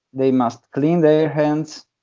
they must clean their hands.